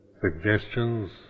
suggestions